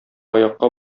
аякка